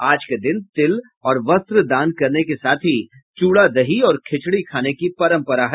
आज के दिन तिल और वस्त्र दान करने के साथ ही चूड़ा दही और खिचड़ी खाने की परम्परा है